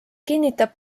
kinnitab